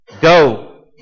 Go